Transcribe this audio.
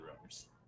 rooms